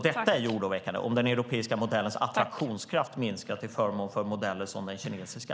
Det är oroväckande om den europeiska modellens attraktionskraft minskar till förmån för modeller som den kinesiska.